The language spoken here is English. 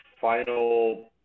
final